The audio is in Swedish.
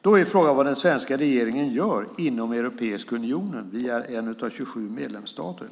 Då är frågan vad den svenska regeringen gör inom Europeiska unionen. Vi är en av 27 medlemsstater.